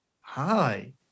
Hi